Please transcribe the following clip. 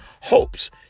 hopes